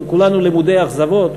אנחנו כולנו למודי אכזבות,